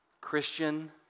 Christian